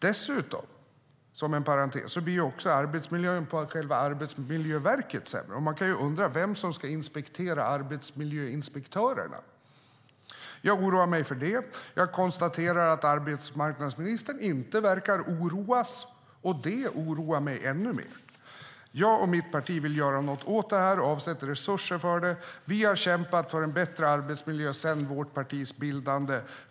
Dessutom, som en parentes, blir arbetsmiljön på själva Arbetsmiljöverket sämre. Man kan ju undra vem som ska inspektera arbetsmiljöinspektörerna. Jag oroar mig för detta. Jag konstaterar att arbetsmarknadsministern inte verkar oroas, och det oroar mig ännu mer. Jag och mitt parti vill göra något åt det här och avsätter stora resurser för det. Vi har kämpat för en bättre arbetsmiljö sedan vårt partis bildande.